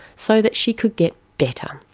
so that she could get better.